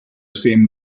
same